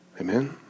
Amen